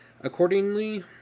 Accordingly